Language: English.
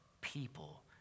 people